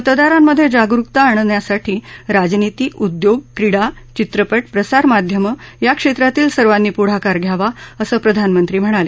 मतदारांमध्ये जागरुकता आणण्यासाठी राजनिती उद्योग क्रीडा चित्रपट प्रसारमाध्यमं या क्षेत्रातील सर्वांनी पुढाकार घ्यावा असं प्रधानमंत्री म्हणाले